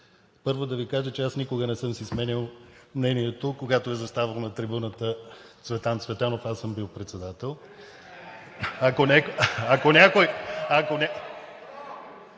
Първо да Ви кажа, че аз никога не съм си сменял мнението, когато е заставал на трибуната Цветан Цветанов, а съм бил председател. (Оживление,